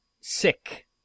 Sick